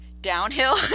downhill